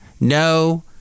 no